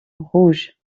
rouges